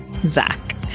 Zach